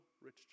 rich